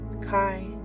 Kai